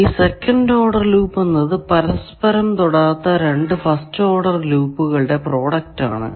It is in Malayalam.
ഈ സെക്കന്റ് ഓർഡർ ലൂപ്പ് എന്നത് പരസ്പരം തൊടാത്ത രണ്ടു ഫസ്റ്റ് ഓഡർ ലൂപ്പുകളുടെ പ്രോഡക്റ്റ് ആണ്